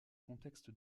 contexte